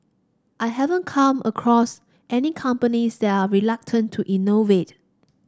I haven't come across any companies that are reluctant to innovate